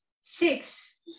six